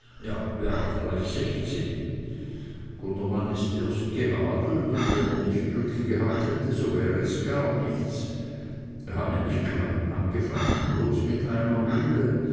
wer hat gleich sechzehn gundermann ist erst geadelt und wenn er nicht glück gehabt hätte so wär es gar nichts er hat nämlich klein angefangen bloß mit einer mühle